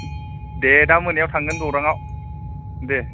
दे दा मोनायाव थांगोन गौरांआव दे